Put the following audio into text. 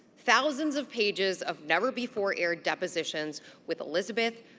thousands of pages of never before aired depositions with elizabeth,